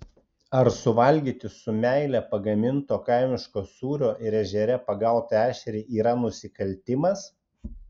ar suvalgyti su meile pagaminto kaimiško sūrio ir ežere pagautą ešerį yra nusikaltimas